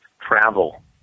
travel